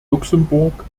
luxemburg